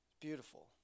Beautiful